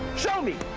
show me.